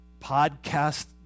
podcast